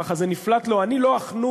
כך זה נפלט לו: אני לא החנון